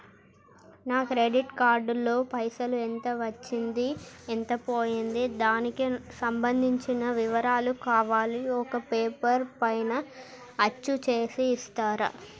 నా credit card లో పైసలు ఎంత వచ్చింది ఎంత పోయింది దానికి సంబంధించిన వివరాలు కావాలి ఒక పేపర్ పైన అచ్చు చేసి ఇస్తరా?